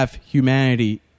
humanity